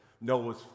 Noah's